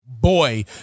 boy